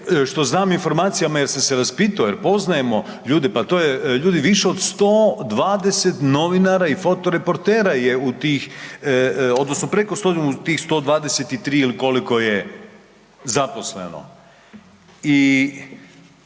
što znam o informacijama jer sam se raspitao, jer poznajemo ljude, pa to je ljudi, više od 120 novinara i fotoreportera je u tih odnosno preko tih 123 ili koliko je zaposleno. I